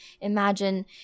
Imagine